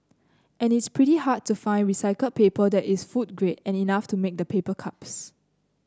and it's pretty hard to find recycled paper that is food grade and enough to make the paper cups